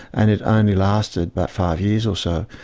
and it only lasted about five years or so.